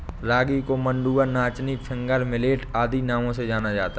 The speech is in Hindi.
रागी को मंडुआ नाचनी फिंगर मिलेट आदि नामों से जाना जाता है